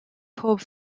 pob